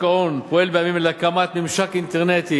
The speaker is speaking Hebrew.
ההון פועל בימים אלה להקמת ממשק אינטרנטי